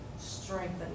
strengthen